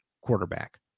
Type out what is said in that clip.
quarterback